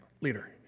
leader